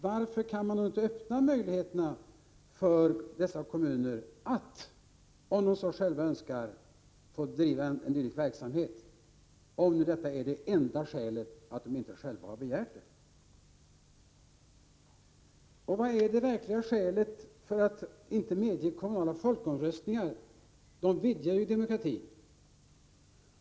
Varför kan man inte öppna möjlighet för dessa kommuner att, om de så själva önskar, driva en dylik verksamhet, om det enda skälet emot är att de inte själva har begärt det? Vad är det verkliga skälet för att inte medge kommunala folkomröstningar? De vidgar ju demokratin.